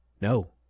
no